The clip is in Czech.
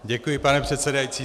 Děkuji, pane předsedající.